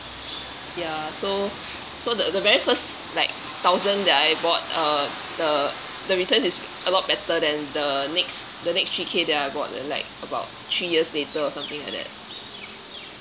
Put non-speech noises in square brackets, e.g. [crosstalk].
ya so [noise] so the uh the very first like thousand that I bought uh the the return is a lot better than the next the next three K that I bought that like about three years later or something like that